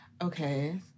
Okay